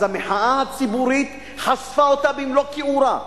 אז המחאה הציבורית חשפה אותה במלוא כיעורה.